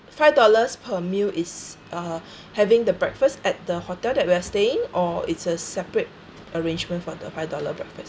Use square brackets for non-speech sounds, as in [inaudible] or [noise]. five dollars per meal is uh [breath] having the breakfast at the hotel that we are staying or it's a separate arrangement for the five dollar breakfast